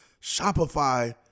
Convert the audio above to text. Shopify